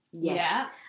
Yes